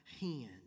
hand